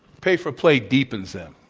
pay for play deepens them.